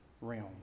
realm